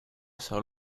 sólo